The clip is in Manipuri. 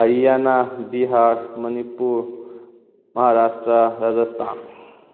ꯍꯔꯤꯌꯥꯅꯥ ꯕꯤꯍꯥꯔ ꯃꯅꯤꯄꯨꯔ ꯃꯥꯍꯥꯔꯥꯁꯇ꯭ꯔꯥ ꯔꯥꯖꯁꯊꯥꯟ